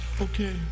okay